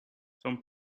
some